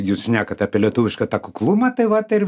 jūs šnekat apie lietuvišką tą kuklumą tai vat ir